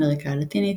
אמריקה הלטינית,